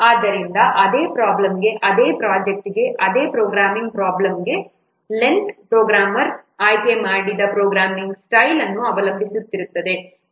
ಆದ್ದರಿಂದ ಅದೇ ಪ್ರಾಬ್ಲಮ್ಗೆ ಅದೇ ಪ್ರೊಜೆಕ್ಟ್ಗೆ ಅದೇ ಪ್ರೋಗ್ರಾಮಿಂಗ್ ಪ್ರಾಬ್ಲಮ್ಗೆ ಲೆಂಥ್ ಪ್ರೋಗ್ರಾಮರ್ ಆಯ್ಕೆ ಮಾಡಿದ ಪ್ರೋಗ್ರಾಮಿಂಗ್ ಸ್ಟೈಲ್ ಅನ್ನು ಅವಲಂಬಿಸಿರುತ್ತದೆ